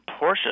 Porsche